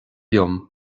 liom